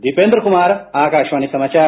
दीपेन्द्र कुमार आकाशवाणी समाचार